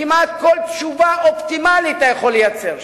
כמעט כל תשובה אופטימלית אתה יכול לייצר שם.